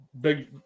big